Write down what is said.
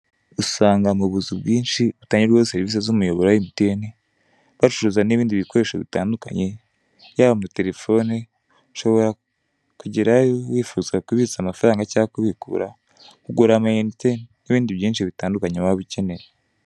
Usanga mu buzu bwinshi butangirwaho serivisi z'umuyoboro wa mtn bacuruza n'ibindi bikoresho bitandukanye yaba amatelefoni, ushobora kugerayo wifuza kubitsa amafaranga cyangwa kubikura kugura minte n'ibindi byinshi bitandukanye waba ukeneye.